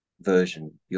version